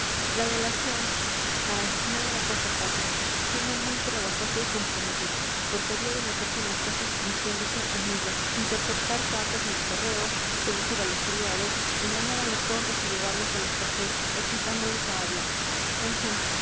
la delación ay no era cosa fácil sino muy trabajosa y comprometida porque había de meterse en las casas fingiéndose amigo interceptar cartas en el correo seducir a los criados engañar a los tontos y llevarles a los cafés excitándoles a hablar en fin